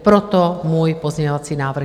Proto můj pozměňovací návrh.